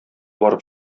барып